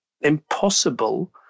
impossible